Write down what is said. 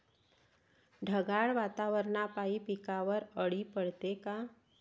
ढगाळ वातावरनापाई पिकावर अळी पडते का?